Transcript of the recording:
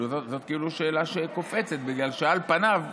זו כאילו שאלה שקופצת, בגלל שעל פניו,